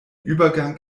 übergang